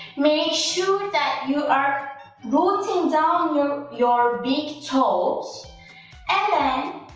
make sure that you are rooting down your your big toes and